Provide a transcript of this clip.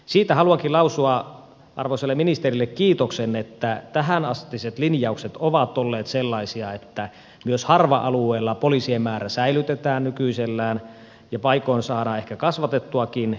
siitä haluankin lausua arvoisalle ministerille kiitoksen että tähänastiset linjaukset ovat olleet sellaisia että myös harva alueella poliisien määrä säilytetään nykyisellään ja paikoin saadaan ehkä kasvatettuakin